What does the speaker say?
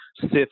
sift